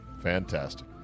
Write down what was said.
Fantastic